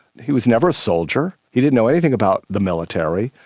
he was never a soldier, he didn't know anything about the military,